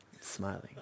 Smiling